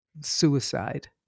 suicide